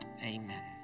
Amen